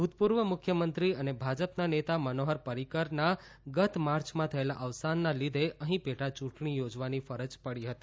ભૂતપૂર્વ મુખ્યમંત્રી અને ભાજપના નેતા મનોહર પરીકરના ગત માર્ચમાં થયેલા અવસાનના લીધે અહીં પેટાચૂંટણી યોજવાની ફરજ પડી હતી